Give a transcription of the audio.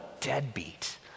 deadbeat